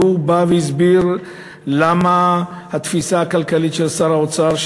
והוא בא והסביר למה התפיסה הכלכלית של שר האוצר,